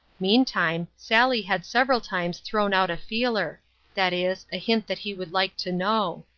meantime, sally had several times thrown out a feeler that is, a hint that he would like to know.